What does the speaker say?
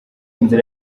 inzira